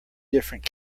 different